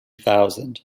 thousand